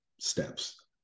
steps